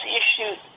issues